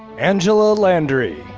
angella landry.